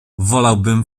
wolałabym